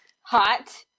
hot